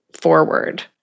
forward